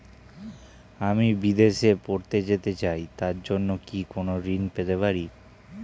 আমি বিদেশে পড়তে যেতে চাই তার জন্য কি কোন ঋণ পেতে পারি?